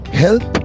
help